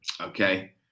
Okay